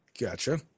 Gotcha